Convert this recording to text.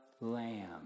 lamb